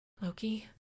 Loki